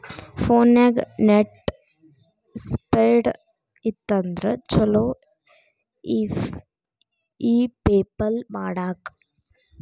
ಫೋನ್ಯಾಗ net speed ಇತ್ತಂದ್ರ ಚುಲೊ ಇ ಪೆಪಲ್ ಮಾಡಾಕ